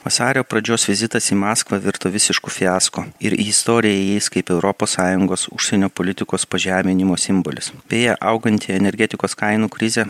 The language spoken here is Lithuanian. vasario pradžios vizitas į maskvą virto visišku fiasko ir į istoriją įeis kaip europos sąjungos užsienio politikos pažeminimo simbolis beje auganti energetikos kainų krizė